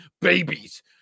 babies